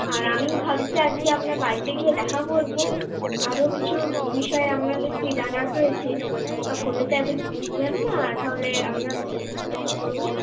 আর আমি ভাবছি আজকে আপনার বাড়িতে গিয়ে দেখা করবো আরও কিছু বিষয় আপনার কাছ থেকে জানার রয়েছে ফোনে তো এতো কিছু শোনা যাবে না আর তাহলে আপনার দেখা করবো